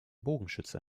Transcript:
bogenschütze